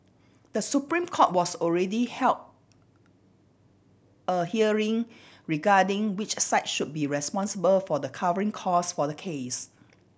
The Supreme Court was already held a hearing regarding which side should be responsible for the covering costs for the case